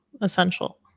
essential